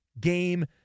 Game